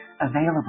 available